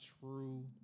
true